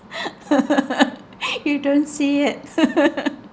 you don't see it